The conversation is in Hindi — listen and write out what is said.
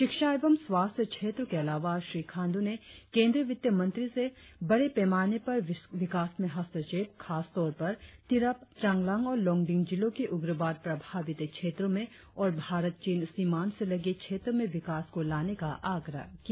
शिक्षा एवं स्वास्थ्य क्षेत्रों के अलावा श्री खांडू ने केंद्रीय वित्तमंत्री से बड़े पैमाने पर विकास में हस्तक्षेप खासतौर पर तिरप चांगलांग और लोंगडिंग जिलों के उग्रवाद प्रभावित क्षेत्रों में और भारत चीन सीमांत से लगे क्षेत्रों में विकास को लाने का आग्रह किया